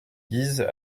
guise